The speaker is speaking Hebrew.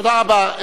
תודה רבה.